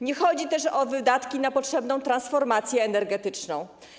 Nie chodzi też o wydatki na potrzebną transformację energetyczną.